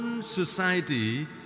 society